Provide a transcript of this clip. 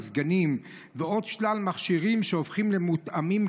מזגנים ועוד שלל מכשירים שהופכים למותאמים